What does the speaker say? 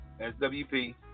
SWP